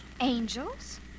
Angels